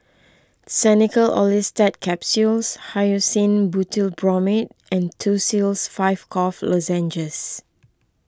Xenical Orlistat Capsules Hyoscine Butylbromide and Tussils five Cough Lozenges